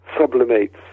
sublimates